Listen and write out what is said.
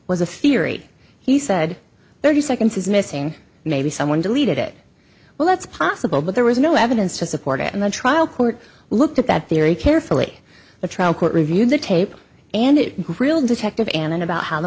was a theory he said thirty seconds is missing maybe someone deleted it well that's possible but there was no evidence to support it in the trial court looked at that very carefully the trial court reviewed the tape and it grilled detective and then about how the